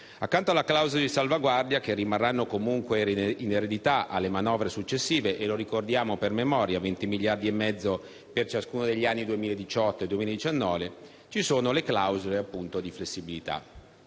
Accanto alle clausole di salvaguardia, che rimarranno comunque in eredità alle manovre successive (lo ricordiamo per memoria: 20 miliardi e mezzo per ciascuno degli anni 2018 e 2019) ci sono le clausole di flessibilità.